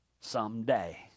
Someday